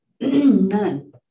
none